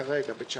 כרגע ב-19'.